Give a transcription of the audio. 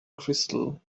crystal